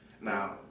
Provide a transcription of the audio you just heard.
now